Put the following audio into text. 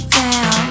down